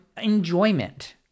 enjoyment